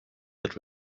that